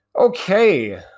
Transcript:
okay